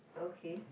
okay